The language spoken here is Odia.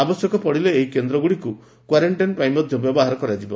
ଆବଶ୍ୟକ ପଡ଼ିଲେ ଏହି କେନ୍ଦ୍ରଗୁଡ଼ିକୁ କ୍ୱାରେଣ୍ଟାଇନ୍ ପାଇଁ ମଧ୍ୟ ବ୍ୟବହାର କରାଯିବ